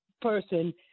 person